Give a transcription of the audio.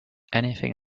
anything